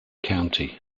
county